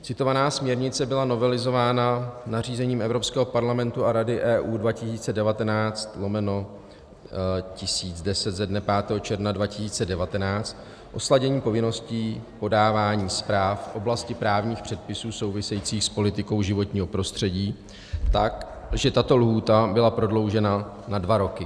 Citovaná směrnice byla novelizována nařízením Evropského parlamentu a Rady EU 2019/1010 ze dne 5. června 2019, o sladění povinností podávání zpráv v oblasti právních předpisů souvisejících s politikou životního prostředí, tak, že tato lhůta byla prodloužena na dva roky.